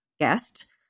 guest